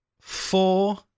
four